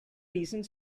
recent